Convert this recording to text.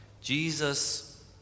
Jesus